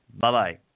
Bye-bye